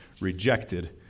rejected